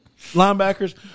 linebackers